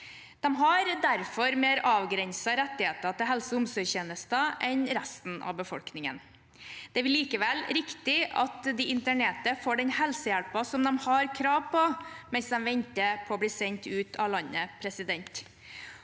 De har derfor mer avgrensede rettigheter til helseog omsorgstjenester enn resten av befolkningen. Det er likevel viktig at de internerte får den helsehjelpen de har krav på, mens de venter på å bli sendt ut av landet. Det